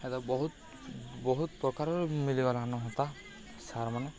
ହେତା ବହୁତ ବହୁତ୍ ପ୍ରକାର୍ର ମିଲିଗଲାନ ହେତା ସାର୍ମାନେ